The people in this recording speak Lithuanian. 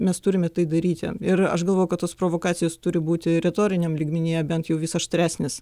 mes turime tai daryti ir aš galvoju kad tos provokacijos turi būti retoriniam lygmenyje bent jau vis aštresnės